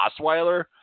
Osweiler